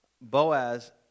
Boaz